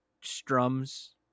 strums